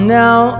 now